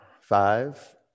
Five